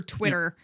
Twitter